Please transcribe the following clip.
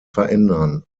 verändern